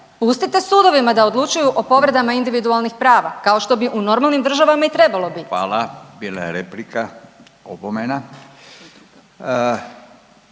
Pustite sudovima da odlučuju o povredama individualnih prava kao što bi u normalnim državama i trebalo biti. **Radin, Furio